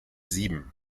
sieben